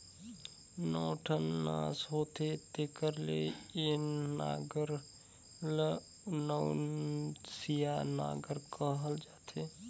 नौ ठन नास होथे तेकर ले ए नांगर ल नवनसिया नागर कहल जाथे